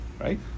right